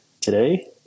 today